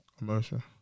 Emotion